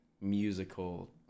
musical